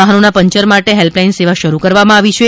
વાહનોના પંચર માટે હેલ્પલાઈન સેવા શરૂ કરવામાં આવી છે